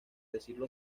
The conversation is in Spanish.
decirlo